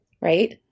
right